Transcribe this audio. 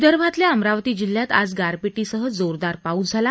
विदर्भातल्या अमरावती जिल्ह्यात आज गारपीटीसह जोरदार पाऊस झाला